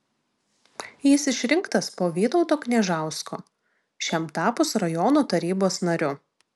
jis išrinktas po vytauto kniežausko šiam tapus rajono tarybos nariu